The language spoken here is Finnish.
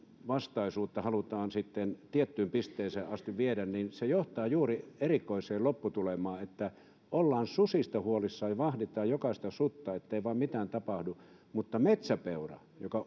vastaisuutta halutaan sitten tiettyyn pisteeseen asti viedä se johtaa juuri siihen erikoiseen lopputulemaan että ollaan susista huolissaan ja vahditaan jokaista sutta ettei vain mitään tapahdu mutta metsäpeurasta joka